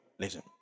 Listen